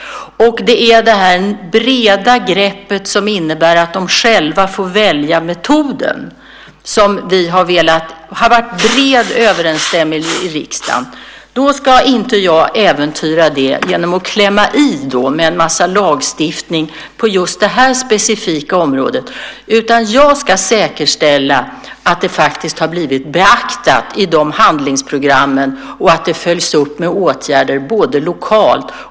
Det här breda greppet innebär att de själva får välja metod. Där har vi haft en bred överensstämmelse i riksdagen, och då ska inte jag äventyra den genom att klämma i med en mängd lagstiftning på just detta specifika område. Jag ska i stället säkerställa att det faktiskt har blivit beaktat i handlingsprogrammen och att det följs upp med åtgärder lokalt.